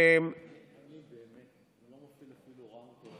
אני באמת לא מפעיל אפילו רמקול,